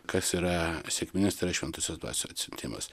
kas yra sekminės šventosios dvasios atsiuntimas